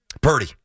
Purdy